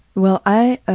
well i